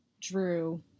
drew